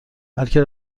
بلکه